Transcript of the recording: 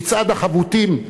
"מצעד החבוטים",